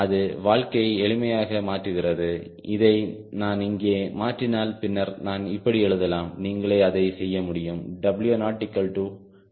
அது வாழ்க்கை எளிமையாக மாற்றுகிறது இதை நான் இங்கே மாற்றினால் பின்னர் நான் இப்படி எழுதலாம் நீங்களே அதை செய்ய முடியும்